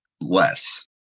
less